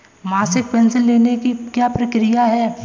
मासिक पेंशन लेने की क्या प्रक्रिया है?